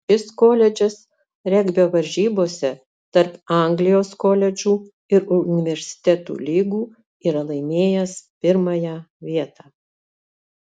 šis koledžas regbio varžybose tarp anglijos koledžų ir universitetų lygų yra laimėjęs pirmąją vietą